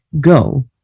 go